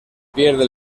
pierde